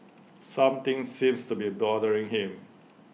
something seems to be bothering him